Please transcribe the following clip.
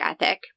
ethic